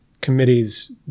committees